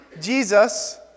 Jesus